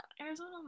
Arizona